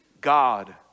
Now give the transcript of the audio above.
God